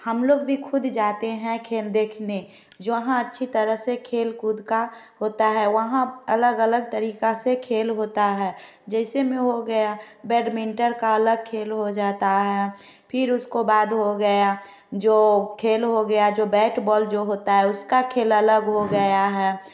हम लोग भी खुद जाते है खेल देखने जहाँ अच्छी तरह से खेल कूद का होता है वहाँ अलग अलग तरीका से खेल होता है जैसे में वो हो गया बैडमिंटल का अलग खेल हो जाता है फिर उसके बाद हो गया जो खेल हो गया जो बैट बौल जो होता है उसका खेल अलग हो गया है